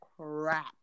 crap